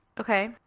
Okay